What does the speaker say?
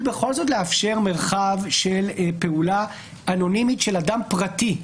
לאפשר מרחב של פעולה אנונימית של אדם פרטי.